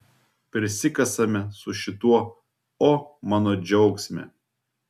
prisikasame su šituo o mano džiaugsme